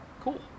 cool